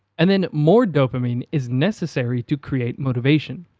and then, more dopamine is necessary to create motivation.